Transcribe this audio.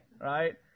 right